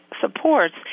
supports